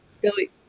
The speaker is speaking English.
Billy